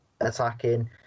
attacking